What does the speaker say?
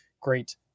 great